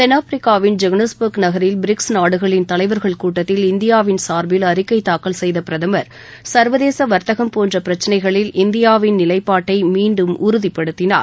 தென்னாப்பிரிக்காவின் ஜோஹன்னஸ்பர்க் நகரில் பிரிக்ஸ் நாடுகளின் தலைவர்கள் கூட்டத்தில் இந்தியாவின் சார்பில் அறிக்கை தாக்கல் செய்த பிரதமர் சர்வதேச வர்த்தகம் போன்ற பிரச்னைகளில் இந்தியாவின் நிலைப்பாட்டை மீண்டும் உறுதிப்படுத்தினார்